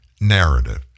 narrative